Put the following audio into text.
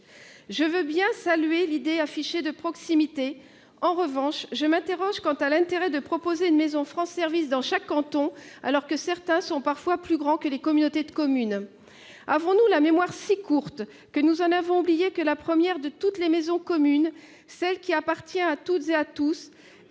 Je veux bien saluer l'idée affichée de proximité. En revanche, je m'interroge sur l'intérêt de proposer une maison France services dans chaque canton, alors que certains d'entre eux sont parfois plus grands que les communautés de communes. Avons-nous la mémoire si courte que nous en avons oublié que la première de toutes les maisons communes, celle qui appartient à toutes et à tous,